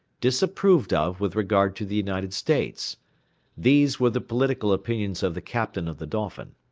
disapproved of with regard to the united states these were the political opinions of the captain of the dolphin.